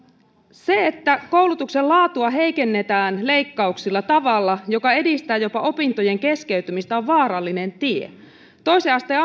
se että koulutuksen laatua heikennetään leikkauksilla tavalla joka edistää jopa opintojen keskeytymistä on vaarallinen tie toisen asteen